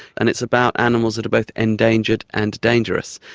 and it's about animals that are both endangered and dangerous.